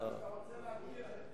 נמצא פה.